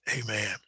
Amen